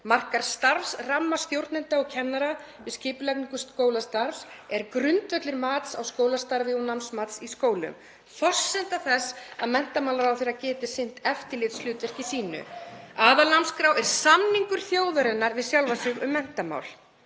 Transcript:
markar starfsramma stjórnenda og kennara við skipulagningu skólastarfs, er grundvöllur mats á skólastarfi og námsmats í skólum, forsenda þess að menntamálaráðherra geti sinnt eftirlitshlutverki sínu. Aðalnámskrá er samningur þjóðarinnar við sjálfa sig um menntamál.